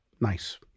nice